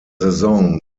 saison